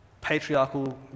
patriarchal